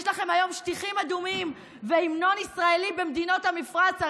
שטיחים אדומים והמנון ישראלי במדינות המפרץ.